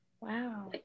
Wow